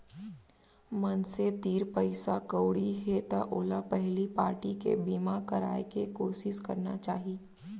मनसे तीर पइसा कउड़ी हे त ओला पहिली पारटी के बीमा कराय के कोसिस करना चाही